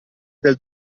del